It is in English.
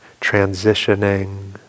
transitioning